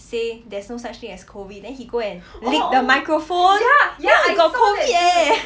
say there's no such thing as COVID then he go and lick the microphone then he got COVID eh